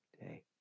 day